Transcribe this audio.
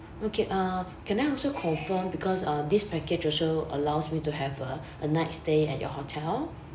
okay uh can I also confirm because uh this package also allows me to have a a night stay at your hotel